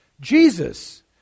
Jesus